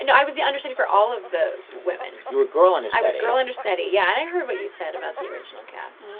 and i was the understudy for all of the women. you were girl understudy. and i was girl understudy. yeah, and i heard what you said about the original cast.